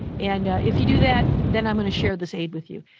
and if you do that, then i'm going to share this aid with you.